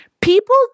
People